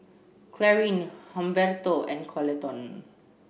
Clarine Humberto and Coleton